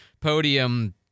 podium